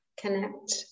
connect